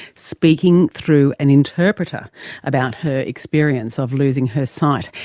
speaking through an interpreter about her experience of losing her sight.